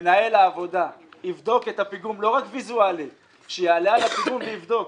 מנהל העבודה יבדוק את הפיגום לא רק ויזואלית; שיעלה על הפיגום ויבדוק,